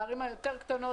בערים הקטנות יותר,